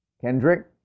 Kendrick